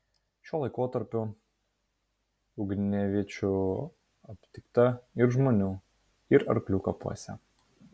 šiuo laikotarpiu ugniaviečių aptikta ir žmonių ir arklių kapuose